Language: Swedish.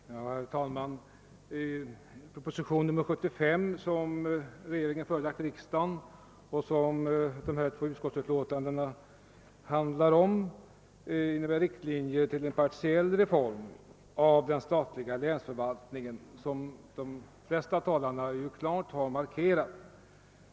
Herr talman! Propositionen nr 75, som regeringen förelagt riksdagen, och de två utskottsutlåtandena innehåller riktlinjer till en partiell reform av den statliga länsförvaltningen, så som de flesta talarna här klart har markerat.